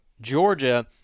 Georgia